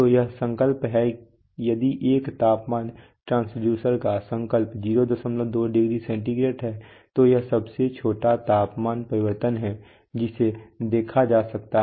तो यह संकल्प है यदि एक तापमान ट्रांसड्यूसर का संकल्प 02 डिग्री सेंटीग्रेड है तो यह सबसे छोटा तापमान परिवर्तन है जिसे देखा जा सकता है